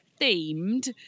themed